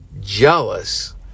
jealous